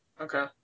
Okay